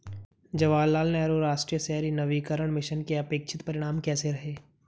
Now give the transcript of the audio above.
जवाहरलाल नेहरू राष्ट्रीय शहरी नवीकरण मिशन के अपेक्षित परिणाम कैसे रहे?